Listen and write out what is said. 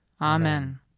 Amen